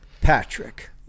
Patrick